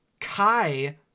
kai